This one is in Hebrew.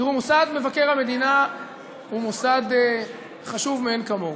תראו, מוסד מבקר המדינה הוא מוסד חשוב מאין כמוהו,